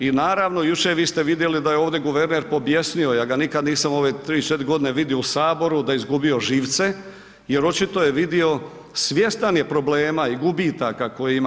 I naravno jučer vi ste vidjeli da je ovdje guverner pobjesnio, ja ga nikad nisam u ove 3, 4 godine u Saboru da je izgubio živce jer očito je vidio, svjestan je problema i gubitaka koje ima.